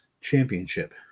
championship